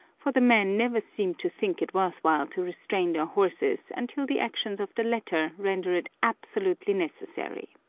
for the men never seem to think it worth while to restrain their horses until the actions of the latter render it absolutely necessary.